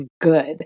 good